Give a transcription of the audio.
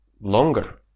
longer